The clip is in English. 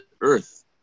earth